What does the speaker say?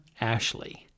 Ashley